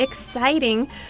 exciting